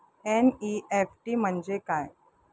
NEFT म्हणजे काय?